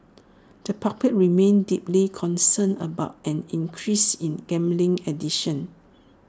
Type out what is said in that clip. the public remains deeply concerned about an increase in gambling addiction